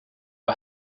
vår